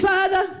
Father